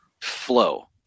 flow